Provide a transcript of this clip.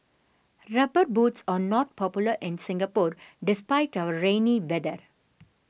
rubber boots are not popular in Singapore despite our rainy weather